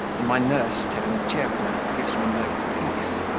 and my nurse, terentyevna, gives me no peace